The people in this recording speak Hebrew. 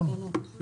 אם